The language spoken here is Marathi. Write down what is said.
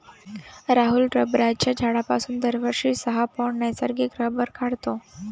राहुल रबराच्या झाडापासून दरवर्षी सहा पौंड नैसर्गिक रबर काढतो